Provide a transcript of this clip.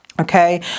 Okay